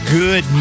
good